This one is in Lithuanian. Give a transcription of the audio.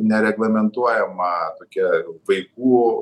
nereglamentuojama tokia vaikų